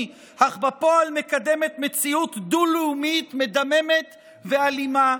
אך בפועל מקדמת מציאות דו-לאומית מדממת ואלימה,